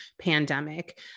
pandemic